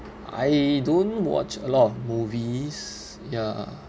I don't watch a lot of movies ya